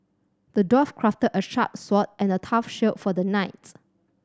the dwarf crafted a sharp sword and a tough shield for the knights